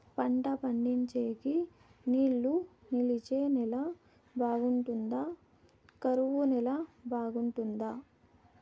పంట పండించేకి నీళ్లు నిలిచే నేల బాగుంటుందా? కరువు నేల బాగుంటుందా?